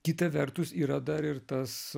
kita vertus yra dar ir tas